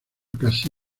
casi